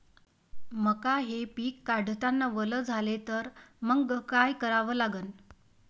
मका हे पिक काढतांना वल झाले तर मंग काय करावं लागन?